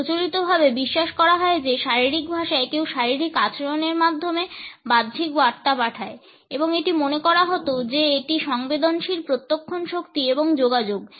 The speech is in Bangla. প্রচলিতভাবে বিশ্বাস করা হয় যে শারীরিক ভাষায় কেউ শারীরিক আচরণের মাধ্যমে বাহ্যিক বার্তা পাঠায় এবং এটি মনে করা হতো যে এটি সংবেদনশীল প্রত্যক্ষণ শক্তি এবং যোগাযোগ